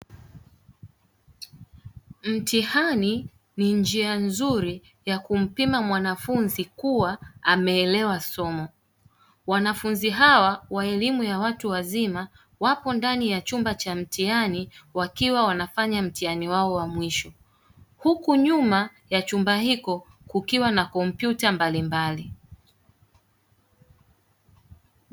Mtihani ni njia nzuri ya kumpima mwanafunzi kuwa ameelewa somo, Wanafunzi hawa wa elimu ya watu wazima wapo ndani ya chumba cha mtihani wakiwa wanafanya mtihani wao wa mwisho; huku nyuma ya chumba hiko kukiwa na kompyuta mbalimbali.